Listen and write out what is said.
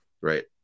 right